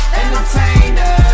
entertainers